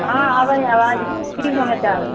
हँ आबै हय अवाज की समाचार